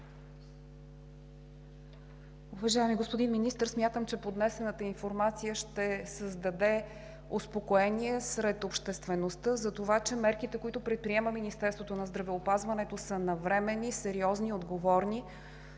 Уважаеми господин Министър, смятам, че поднесената информация ще създаде успокоение сред обществеността за това, че мерките, които предприема Министерството на здравеопазването, са навременни, сериозни и отговорни.